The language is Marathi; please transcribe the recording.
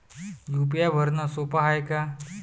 यू.पी.आय भरनं सोप हाय का?